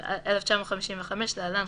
התשט"ו 1955 (להלן,